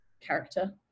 character